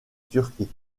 turquie